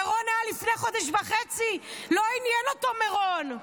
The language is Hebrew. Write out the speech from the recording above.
מירון היה לפני חודש וחצי, לא עניין אותו מירון.